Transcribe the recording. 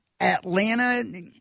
Atlanta